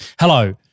Hello